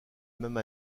même